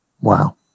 Wow